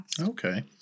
Okay